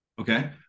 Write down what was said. Okay